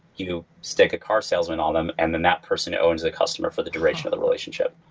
you stick a car salesman on them and then that person owns the customer for the duration of the relationship.